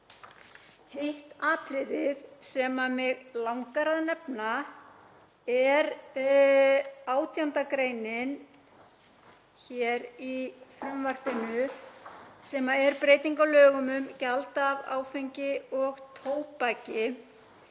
Hitt atriðið sem mig langar að nefna er 18. gr. hér í frumvarpinu sem er breyting á lögum um gjald af áfengi og tóbaki